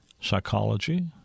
psychology